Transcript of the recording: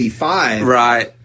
right